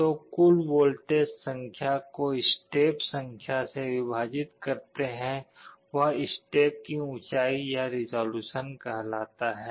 तो कुल वोल्टेज संख्या को स्टेप संख्या से विभाजित करते है वह स्टेप की ऊंचाई या रिज़ॉल्यूशन कहलाता है